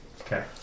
Okay